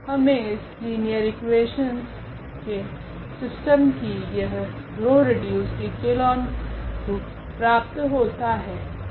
हमे इस linear equations के सिस्टम की यह रो रिड्यूसड इक्लोन प्राप्त होती है